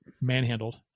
manhandled